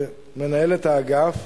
מנהלת האגף,